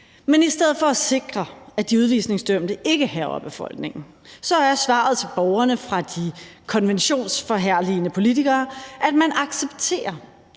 Men i stedet for at sikre, at de udvisningsdømte ikke hærger befolkningen, så er svaret til borgerne fra de konventionsforherligende politikere, at man accepterer,